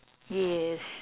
yes